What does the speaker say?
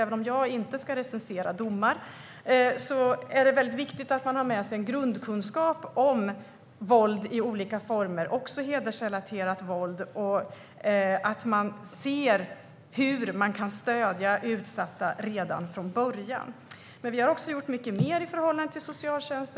Jag ska inte recensera domar, men det är viktigt att man har med sig en grundkunskap om våld i olika former, också hedersrelaterat våld, och att man ser hur man kan stödja utsatta redan från början. Vi har också gjort annat vad gäller socialtjänsten.